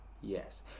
Yes